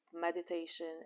meditation